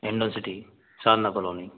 Hindaun city Sharda colony